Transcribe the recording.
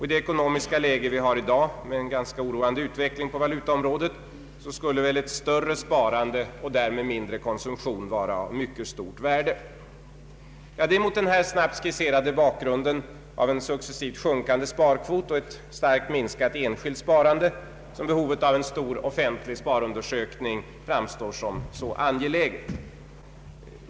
I det ekonomiska läge vi har i dag, med en ganska oroande utveckling på valutaområdet, skulle väl ett större sparande och därmed mindre konsumtion vara av mycket stort värde. Det är mot denna snabbt skisserade bakgrund av en successivt sjunkande sparkvot, ett starkt minskat enskilt sparande, som behovet av en stor offentlig sparundersökning framstår som så angeläget.